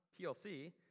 TLC